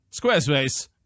Squarespace